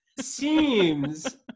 seems